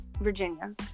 Virginia